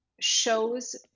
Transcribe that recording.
shows